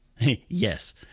yes